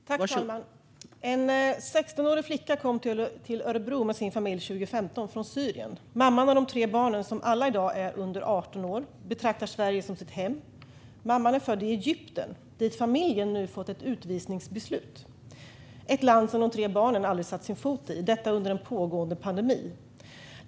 Fru talman! En 16-årig flicka och hennes familj kom 2015 till Örebro från Syrien. Mamman och de tre barnen, som alla i dag är under 18 år, betraktar Sverige som sitt hem. Mamman är född i Egypten, dit familjen nu har fått ett utvisningsbeslut. Det är ett land som de tre barnen aldrig har satt sin fot i. Och detta sker under en pågående pandemi.